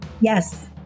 yes